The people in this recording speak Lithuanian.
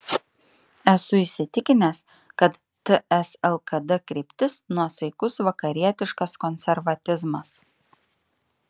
esu įsitikinęs kad ts lkd kryptis nuosaikus vakarietiškas konservatizmas